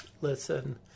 Listen